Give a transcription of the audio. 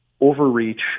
overreach